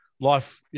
life